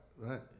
Right